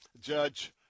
Judge